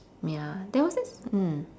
ya there was this mm